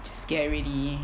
scared already